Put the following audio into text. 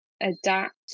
adapt